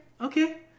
okay